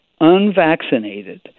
unvaccinated